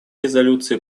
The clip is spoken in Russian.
резолюции